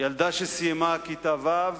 ילדה שסיימה כיתה ו',